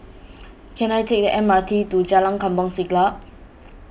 can I take the M R T to Jalan Kampong Siglap